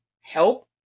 help